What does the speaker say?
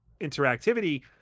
interactivity